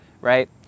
right